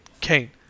Kane